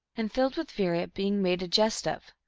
and filled with fury at being made a jest of,